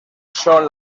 son